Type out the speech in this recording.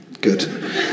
good